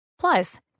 Plus